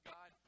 God